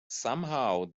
somehow